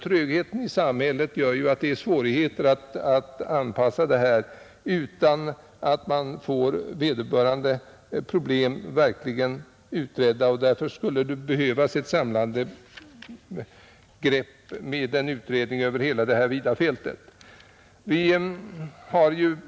Trögheten i samhället gör att det är svårt att få till stånd former för en återanpassning av de intagna och därför behövs ett samlat grepp med en utredning över hela detta vida fält.